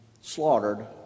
slaughtered